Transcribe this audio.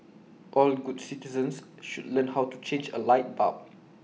all good citizens should learn how to change A light bulb